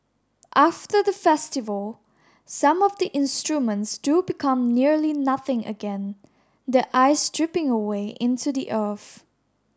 after the festival some of the instruments do become nearly nothing again the ice dripping away into the earth